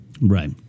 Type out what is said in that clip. right